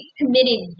committed